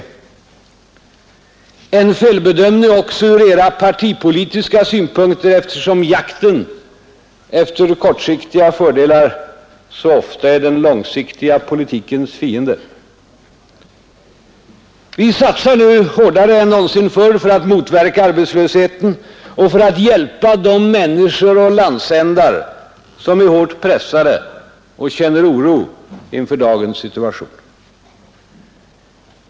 Det var en felbedömning även från partipolitiska synpunkter eftersom jakten efter kortsiktiga fördelar ofta är den långsiktiga politikens fiende. Vi satsar nu hårdare än någonsin förr för att motverka arbetslösheten och för att hjälpa de människor och landsändar som är hårt pressade och känner oro inför dagens situation.